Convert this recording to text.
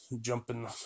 jumping